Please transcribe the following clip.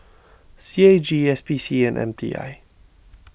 C A G S P C and M T I